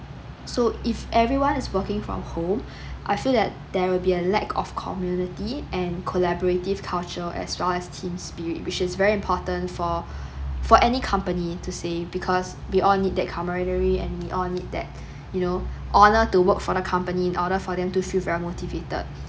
so if everyone is working from home I feel that there will be a lack of community and collaborative culture as well as team spirit which is very important for for any company to say because we all need that comradery and we all need that you know honor to work for the company in order for them to feel very motivated